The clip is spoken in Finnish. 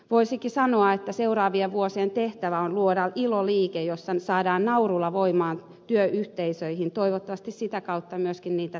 voisikin sanoa että seuraavien vuosien tehtävä on luoda iloliike jossa saadaan naurulla voimaa työyhteisöihin toivottavasti sitä kautta myöskin niitä työvuosia lisää